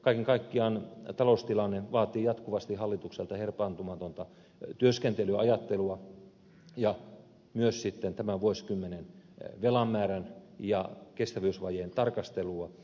kaiken kaikkiaan taloustilanne vaatii hallitukselta jatkuvasti herpaantumatonta työskentelyä ajattelua ja myös tämän vuosikymmenen velan määrän ja kestävyysvajeen tarkastelua